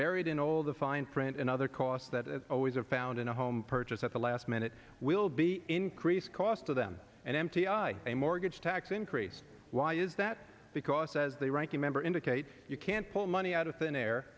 buried in all the fine print and other costs that always have found in a home purchase at the last minute will be increased cost to them and m t i a mortgage tax increase why is that because says the ranking member indicates you can't pull money out of thin air